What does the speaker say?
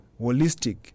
holistic